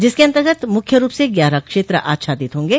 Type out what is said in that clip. जिसके अन्तर्गत मुख्य रूप से ग्यारह क्षेत्र आच्छादित होंगे